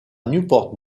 newport